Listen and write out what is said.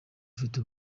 ufite